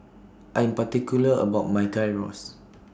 I Am particular about My Gyros